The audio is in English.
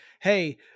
Hey